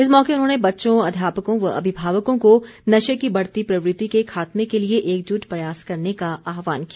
इस मौके उन्होंने बच्चों अध्यापकों व अभिभावकों को नशे की बढ़ती प्रवृति के खात्मे के लिए एकजुट प्रयास करने का आहवान किया